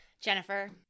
Jennifer